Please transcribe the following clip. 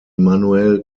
emanuel